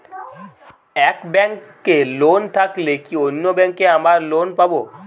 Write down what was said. এক ব্যাঙ্কে লোন থাকলে কি অন্য ব্যাঙ্কে আবার লোন পাব?